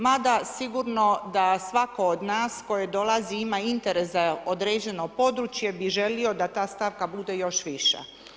Mada sigurno da svako od nas koji dolazi ima interes za određeno područje bi želio da ta stavka bude još viša.